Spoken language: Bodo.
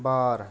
बार